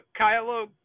Kylo